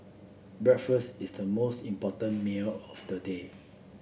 breakfast is the most important meal of the day